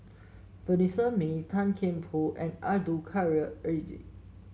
Vanessa Mae Tan Kian Por and Abdul Kadir Syed